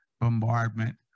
bombardment